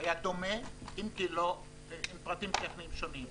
היה דומה אם כי עם פרטים טכניים שונים.